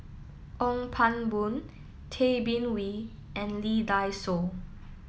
Ong Pang Boon Tay Bin Wee and Lee Dai Soh